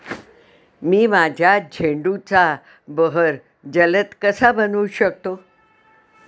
मी माझ्या झेंडूचा बहर जलद कसा बनवू शकतो?